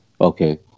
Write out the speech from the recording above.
Okay